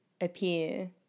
appear